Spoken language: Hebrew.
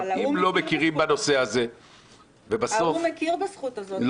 אם לא מכירים בנושא הזה --- האו"ם הכיר בזכות הזאת.